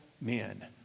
men